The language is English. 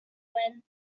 when